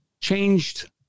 changed